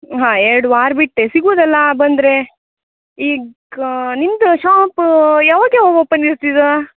ಹಾಂ ಎರಡು ವಾರ ಬಿಟ್ಟು ಸಿಗ್ಬೋದಲ್ಲಾ ಬಂದರೆ ಈಗಾ ನಿಮ್ಮದು ಶಾಪು ಯಾವಾಗ ಯಾವಾಗ ಓಪನ್ ಇರ್ತೆ ಇದು